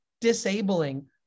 disabling